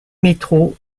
métro